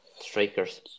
Strikers